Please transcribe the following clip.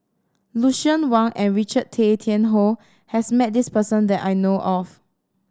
Lucien Wang and Richard Tay Tian Hoe has met this person that I know of